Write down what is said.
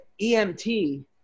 EMT